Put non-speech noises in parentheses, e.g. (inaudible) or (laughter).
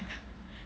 (laughs)